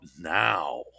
now